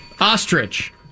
Ostrich